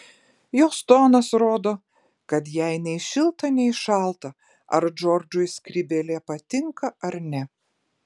jos tonas rodo kad jai nei šilta nei šalta ar džordžui skrybėlė patinka ar ne